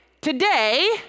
Today